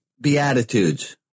Beatitudes